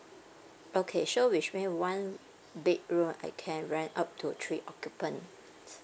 okay so which mean one bedroom I can rent up to three occupant